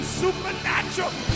supernatural